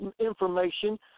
information